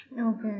Okay